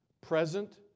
Present